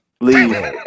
Leave